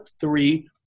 three